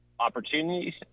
opportunities